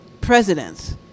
presidents